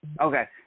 Okay